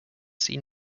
seen